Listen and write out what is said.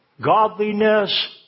godliness